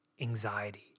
anxiety